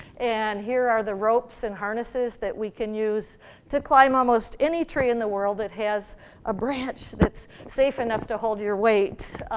and here are the ropes and harnesses that we can use to climb almost any tree in the world that has a branch that's safe enough to hold your weight.